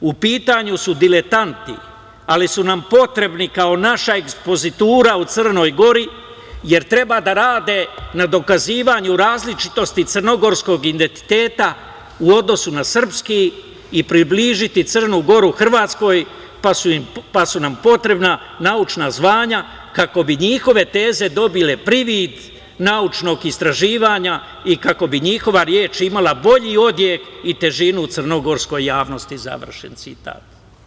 U pitanju su diletanti, ali su nam potrebni kao naša ekspozitura u Crnoj Gori, jer treba da rade na dokazivanju različitosti crnogorskog identiteta u odnosu na srpski i približiti Crnu Goru Hrvatskoj, pa su nam potrebna naučna zvanja kako bi njihove teze dobile privid naučnog istraživanja i kako bi njihova reč imala bolji odjek i težinu u crnogorskoj javnosti." Završen citat.